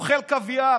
אוכל קוויאר,